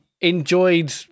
enjoyed